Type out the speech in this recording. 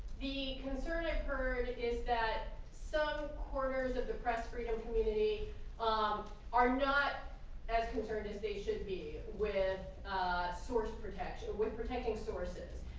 the concern i've heard is that some corners of the press freedom community um are not as concerned as they should be with source protection, with protecting sources.